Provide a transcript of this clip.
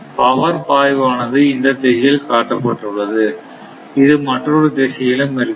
power பாய்வானது இந்த திசையில் காட்டப்பட்டுள்ளது இது மற்றொரு திசையிலும் இருக்கலாம்